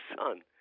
son